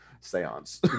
seance